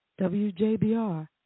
WJBR